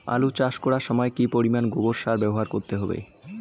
আলু চাষ করার সময় কি পরিমাণ গোবর সার ব্যবহার করতে হবে?